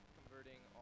converting